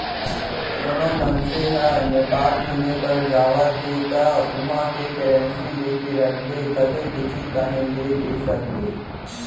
कोनो मनसे ह नेपाल घुमे बर जावत हे ता उहाँ के करेंसी लेके रखबे तभे कुछु काहीं ले दे सकबे